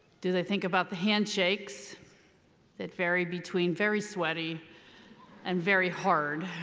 do they think about the handshakes that vary between very sweaty and very hard?